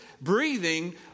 breathing